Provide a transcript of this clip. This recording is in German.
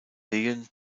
lehen